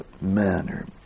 manner